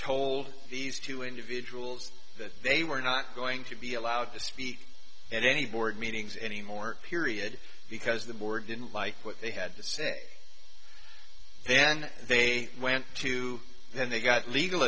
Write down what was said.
told these two individuals that they were not going to be allowed to speak and any board meetings anymore period because the board didn't like what they had to say then they went to then they got legal